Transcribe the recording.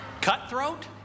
Cutthroat